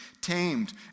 tamed